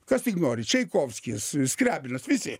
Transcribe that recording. kas tik nori čaikovskis skriabinas visi